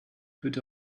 put